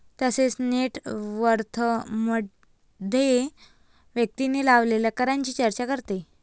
तसेच नेट वर्थमध्ये व्यक्तीने लावलेल्या करांची चर्चा करते